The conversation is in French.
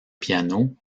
piano